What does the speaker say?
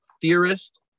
theorist